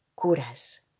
curas